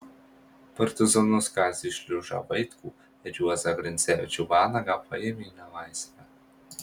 partizanus kazį šliužą vaitkų ir juozą grincevičių vanagą paėmė į nelaisvę